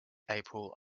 april